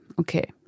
Okay